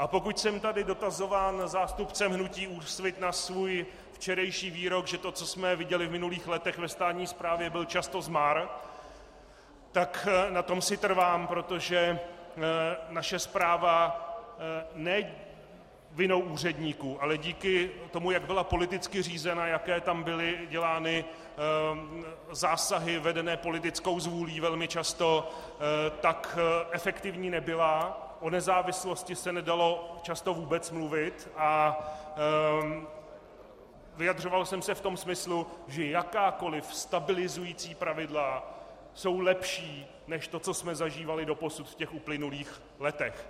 A pokud jsem tady dotazován zástupcem hnutí Úsvit na svůj včerejší výrok, že to, co jsme viděli v minulých letech ve státní správě, byl často zmar, tak na tom si trvám, protože naše správa ne vinou úředníků, ale díky tomu, jak byla politicky řízena, jaké tam byly dělány zásahy, vedené politickou zvůlí velmi často, tak efektivní nebyla, o nezávislosti se nedalo často vůbec mluvit, a vyjadřoval jsem se v tom smyslu, že jakákoli stabilizující pravidla jsou lepší než to, co jsme zažívali doposud v uplynulých letech.